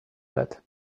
let